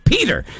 Peter